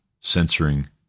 censoring